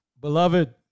Beloved